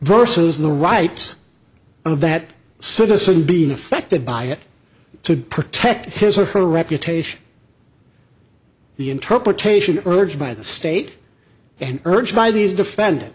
versus the rights of that citizen being affected by it to protect his or her reputation the interpretation urged by the state and urged by these defend